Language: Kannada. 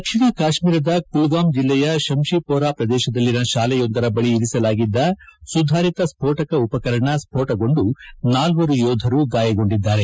ದಕ್ಷಿಣ ಕಾಶ್ಟೀರದ ಕುಲ್ಗಾಮ್ ಜಿಲ್ಲೆಯ ಶಂಶಿಪೊರಾ ಪ್ರದೇಶದಲ್ಲಿನ ಶಾಲೆಯೊಂದರ ಬಳಿ ಇರಿಸಲಾಗಿದ್ದ ಸುಧಾರಿತ ಸ್ಸೋಟಕ ಉಪಕರಣ ಸ್ಸೋಟಗೊಂಡು ನಾಲ್ಲರು ಯೋಧರು ಗಾಯಗೊಂಡಿದ್ದಾರೆ